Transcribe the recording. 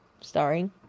starring